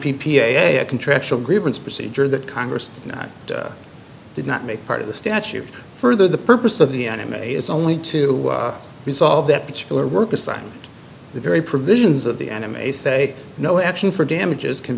a contractual grievance procedure that congress did not make part of the statute further the purpose of the enemy is only to resolve that particular work aside the very provisions of the enemy say no action for damages can